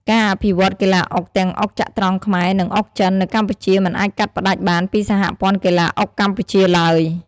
ការអភិវឌ្ឍន៍កីឡាអុកទាំងអុកចត្រង្គខ្មែរ និងអុកចិន នៅកម្ពុជាមិនអាចកាត់ផ្តាច់បានពីសហព័ន្ធកីឡាអុកកម្ពុជាឡើយ។